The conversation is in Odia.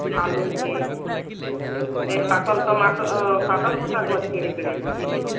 ଆଲୁ ବି ହେ ପାତଲ୍ ଟମାଟୋ ପାତଲଘଣ୍ଟା ଗଛ୍ କେଡ଼େ କେଡ଼େ ହେସି କି